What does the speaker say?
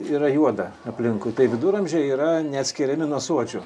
yra juoda aplinkui tai viduramžiai yra neatskiriami nuo suodžių